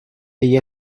the